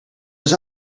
was